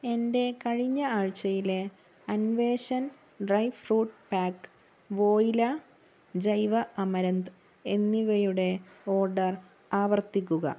എന്റെ കഴിഞ്ഞ ആഴ്ചയിലെ അൻവേശൻ ഡ്രൈ ഫ്രൂട്ട് പാക്ക് വോയില ജൈവ അമരന്ത് എന്നിവയുടെ ഓർഡർ ആവർത്തിക്കുക